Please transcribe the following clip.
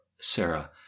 Sarah